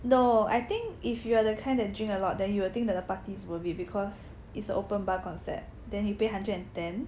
no I think if you are the kind that drink a lot then you will think that the party is worth it because it's a open bar concept then you pay hundred and ten